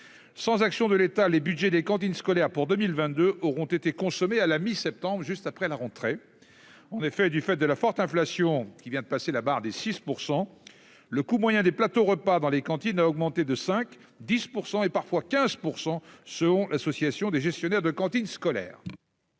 sans action de l'État, les budgets des cantines scolaires pour 2022 auront été consommés à la mi-septembre, juste après la rentrée. En effet, du fait de la forte inflation, qui vient de passer la barre des 6 %, le coût moyen des plateaux-repas dans les cantines a augmenté de 5 % à 10 %; il arrive même que l'augmentation atteigne 15 %, selon l'association des gestionnaires de cantines scolaires.